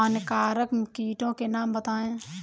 हानिकारक कीटों के नाम बताएँ?